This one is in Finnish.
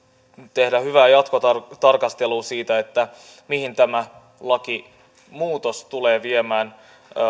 tehdä hyvää jatkotarkastelua siitä mihin tämä lakimuutos tulee viemään